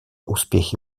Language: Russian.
успехи